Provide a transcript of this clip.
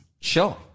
Sure